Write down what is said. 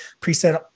preset